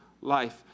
life